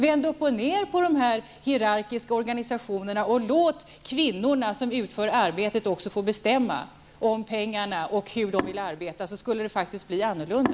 Vänd upp och ned på dessa hierarkiska organisationer och låt de kvinnor som utför arbetet också få bestämma om pengarna och hur de vill arbeta. Då blir det faktiskt annorlunda.